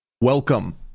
Welcome